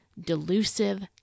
delusive